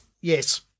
Yes